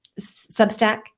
substack